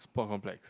sport complex